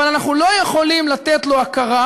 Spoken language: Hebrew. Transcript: אבל אנחנו לא יכולים לתת לו הכרה,